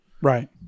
Right